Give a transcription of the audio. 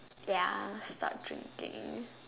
ya stop drinking